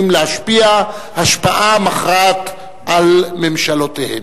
להשפיע השפעה מכרעת על ממשלותיהם.